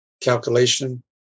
calculation